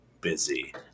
busy